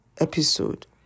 episode